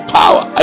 power